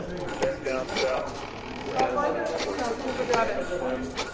um protect downspouts where animals or equipment can damage them.